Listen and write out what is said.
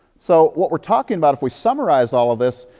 so what we're talking about, if we summarize all of this,